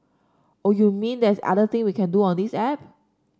oh you mean there's other thing we can do on this app